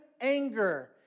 anger